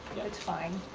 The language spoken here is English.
that's fine.